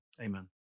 Amen